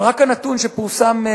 אבל רק הנתון שפורסם,